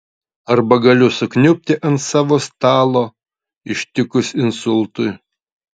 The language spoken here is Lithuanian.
arba galiu sukniubti ant savo stalo ištikus insultui